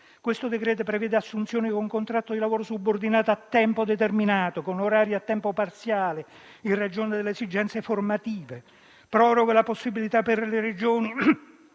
decreto-legge prevede assunzioni con contratto di lavoro subordinato a tempo determinato, con orario a tempo parziale, in ragione delle esigenze formative; proroga la possibilità per le Regioni